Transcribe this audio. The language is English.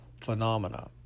phenomena